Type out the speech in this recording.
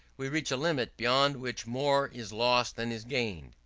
we reach a limit beyond which more is lost than is gained.